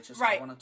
right